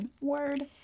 Word